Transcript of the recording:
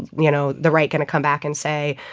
you know, the right going to come back and say?